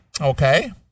Okay